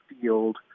field